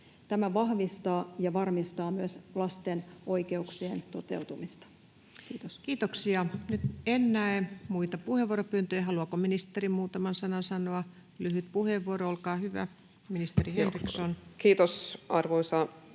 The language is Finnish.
Tämä vahvistaa ja varmistaa myös lasten oikeuksien toteutumista. — Kiitos. Kiitoksia. — Nyt en näe muita puheenvuoropyyntöjä. — Haluaako ministeri muutaman sanan sanoa? Lyhyt puheenvuoro, olkaa hyvä, ministeri Henriksson.